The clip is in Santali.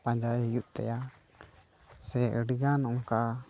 ᱯᱟᱸᱡᱟᱭ ᱦᱩᱭᱩᱜ ᱛᱟᱭᱟ ᱥᱮ ᱟᱹᱰᱤᱜᱟᱱ ᱚᱱᱠᱟ